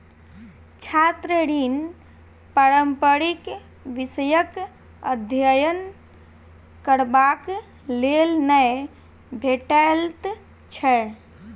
छात्र ऋण पारंपरिक विषयक अध्ययन करबाक लेल नै भेटैत छै